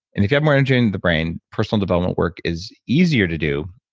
and if you have more energy in the brain, personal development work is easier to do,